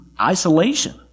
isolation